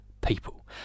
people